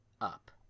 up